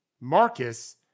Marcus